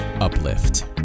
UPLIFT